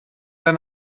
der